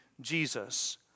Jesus